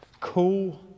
cool